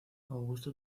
augusto